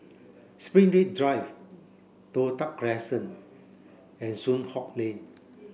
Springleaf Drive Toh Tuck Crescent and Soon Hock Lane